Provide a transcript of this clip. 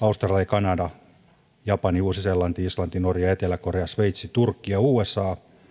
kanada japani uusi seelanti islanti norja etelä korea sveitsi turkki ja usa